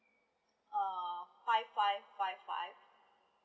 uh five five five five